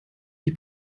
die